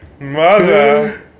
mother